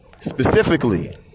specifically